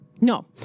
No